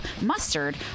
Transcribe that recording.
mustard